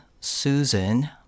Susan